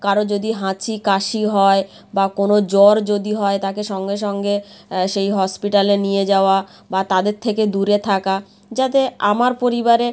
কারো যদি হাঁচি কাশি হয় বা কোনো জ্বর যদি হয় তাকে সঙ্গে সঙ্গে সেই হসপিটালে নিয়ে যাওয়া বা তাদের থেকে দূরে থাকা যাতে আমার পরিবারে